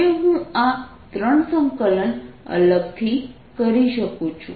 હવે હું આ 3 સંકલન અલગથી કરી શકું છું